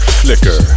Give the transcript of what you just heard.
flicker